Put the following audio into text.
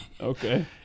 Okay